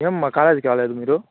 ఏమ్మా కాలేజ్కి రాలేదు మీరు